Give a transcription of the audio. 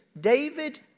David